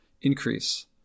increase